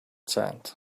sand